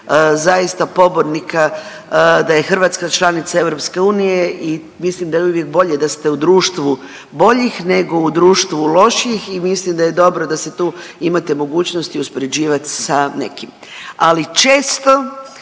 zaista pobornika da je Hrvatska članica EU i mislim da je uvijek bolje da ste u društvu boljih nego u društvu lošijih i mislim da je dobro da se tu imate mogućnost i uspoređivat sa nekim, ali često